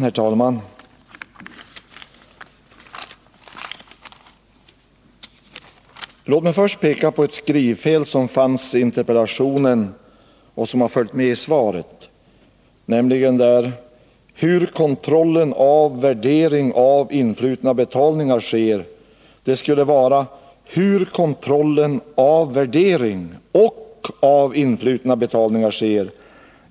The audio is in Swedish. Herr talman! Låt mig först peka på ett skrivfel som fanns i interpellationen och som följt med i svaret. Det står ”hur kontrollen av värdering av influtna betalningar sker”, men det skulle vara ”hur kontrollen av värdering och av influtna betalningar sker”.